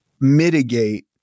mitigate